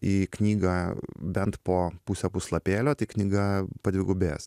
į knygą bent po pusę puslapėlio knyga padvigubės